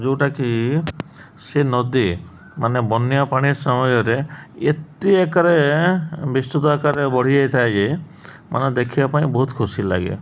ଯେଉଁଟାକି ସେ ନଦୀ ମାନେ ବନ୍ୟା ପାଣି ସମୟରେ ଏତେ ଏକରେ ବିସ୍ତୁତ ଆକାରରେ ବଢ଼ି ଯାଇଥାଏ ଯେ ମାନେ ଦେଖିବା ପାଇଁ ବହୁତ ଖୁସି ଲାଗେ